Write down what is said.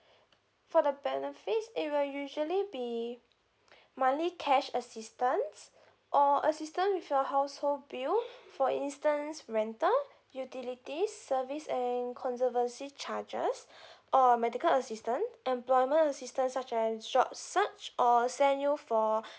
for the benefits it will usually be monthly cash assistance or assistant with your household bill for instance rental utility service and conservancy charges or medical assistant employment assistance such as job search or send you for